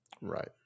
right